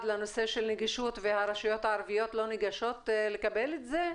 לנושא של נגישות והרשויות הערביות לא ניגשות לקבל את זה?